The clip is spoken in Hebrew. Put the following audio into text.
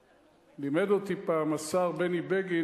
לימד אותי פעם השר בני בגין,